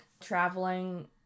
traveling